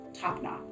top-notch